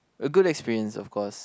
a good experience of course